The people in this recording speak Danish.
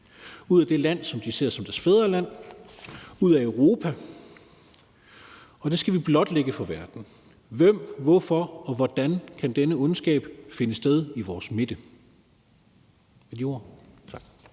ud af det land, som de ser som deres fædreland, og ud af Europa, og det skal vi blotlægge for verden. Hvem er det, og hvorfor og hvordan kan denne ondskab finde sted i vores midte?